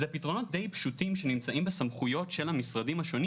אלה פתרונות די פשוטים שנמצאים בסמכויות של המשרדים השונים